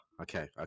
Okay